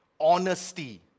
Honesty